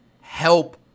help